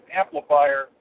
amplifier